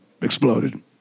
Exploded